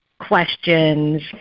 questions